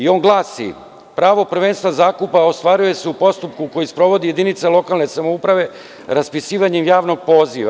On glasi – Pravo prvenstva zakupa ostvaruje se u postupku koji sprovodi jedinica lokalne samouprave raspisivanjem javnog poziva.